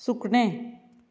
सुकणें